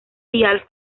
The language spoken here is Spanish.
vial